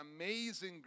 amazing